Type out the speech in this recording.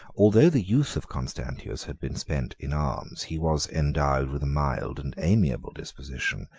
although the youth of constantius had been spent in arms, he was endowed with a mild and amiable disposition,